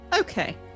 Okay